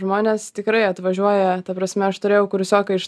žmonės tikrai atvažiuoja ta prasme aš turėjau kursioką iš